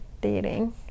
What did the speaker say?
dating